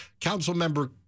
Councilmember